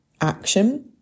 action